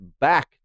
back